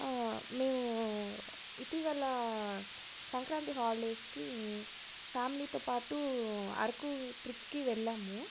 మేము ఇటీవల సంక్రాంతి హాల్డేస్కి ఫ్యామిలీతో పాటు అరకు ట్రిప్కి వెళ్ళాము